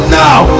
now